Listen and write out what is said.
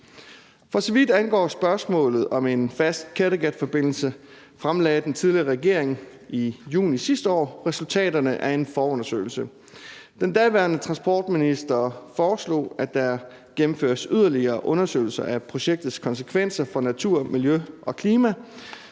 For så vidt angår spørgsmålet om en fast Kattegatforbindelse, fremlagde den tidligere regering i juni sidste år resultaterne af en forundersøgelse. Den daværende transportminister foreslog, at der gennemføres yderligere undersøgelser af projektets konsekvenser for natur, miljø og klima,